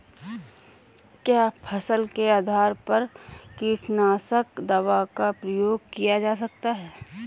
क्या फसल के आधार पर कीटनाशक दवा का प्रयोग किया जाता है?